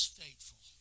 faithful